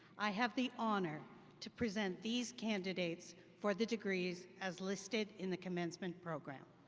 i have the honor to present these candidates for the degrees as listed in the commencement program.